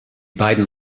beiden